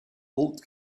old